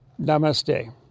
Namaste